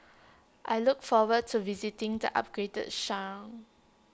I look forward to visiting the upgraded Shrine